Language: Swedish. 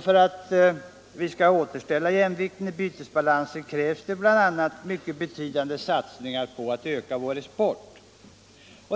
För att återställa jämvikten i bytesbalansen krävs det bl.a. en mycket betydande satsning på att öka vår export.